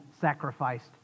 sacrificed